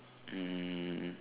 um